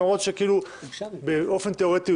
למרות שבאופן תיאורטי,